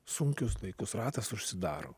sunkius laikus ratas užsidaro